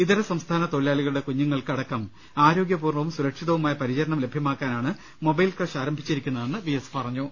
ഇതരസംസ്ഥാന തൊഴിലാളികളുടെ കുഞ്ഞുങ്ങൾക്ക് അടക്കം ആരോഗ്യപൂർണ്ണവും സുരക്ഷിതവുമായ പരിചരണം ലഭ്യമാക്കാനാണ് മൊബൈൽ ക്രഷ് ആരംഭിച്ചിരിക്കുന്നതെന്ന് അദ്ദേഹം പറഞ്ഞു